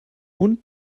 und